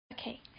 Okay